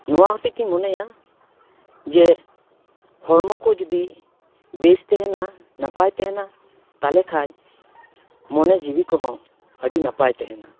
ᱱᱚᱣᱟ ᱦᱚᱛᱮᱫ ᱛᱤᱧ ᱢᱚᱱᱮᱭᱟ ᱡᱮ ᱦᱚᱲᱢᱚ ᱠᱚ ᱡᱩᱫᱤ ᱵᱮᱥ ᱛᱟᱦᱮᱸᱱᱟ ᱱᱟᱯᱟᱭ ᱛᱟᱦᱮᱸᱱᱟ ᱛᱟᱦᱚᱞᱮ ᱠᱷᱟᱱ ᱢᱚᱱᱮ ᱡᱤᱣᱤ ᱠᱚᱦᱚᱸ ᱟᱹᱰᱤ ᱱᱟᱯᱟᱭ ᱛᱟᱦᱮᱸᱱᱟ